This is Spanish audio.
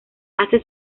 hace